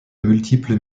multiples